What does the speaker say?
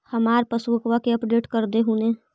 हमार पासबुकवा के अपडेट कर देहु ने?